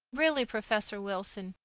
really, professor wilson,